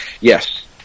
Yes